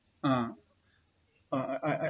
ah I I I